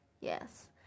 Yes